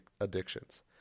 addictions